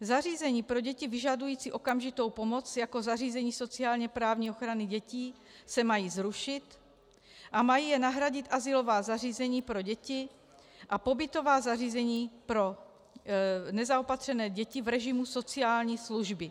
Zařízení pro děti vyžadující okamžitou pomoc jako zařízení sociálněprávní ochrany dětí se mají zrušit a mají je nahradit azylová zařízení pro děti a pobytová zařízení pro nezaopatřené děti v režimu sociální služby.